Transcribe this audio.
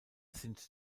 sind